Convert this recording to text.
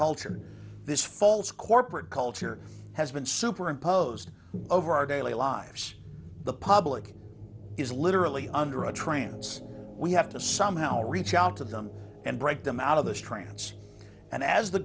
culture this false corporate culture has been superimposed over our daily lives the public is literally under a trance we have to somehow reach out to them and break them out of this trance and as the